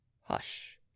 hush